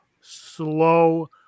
slow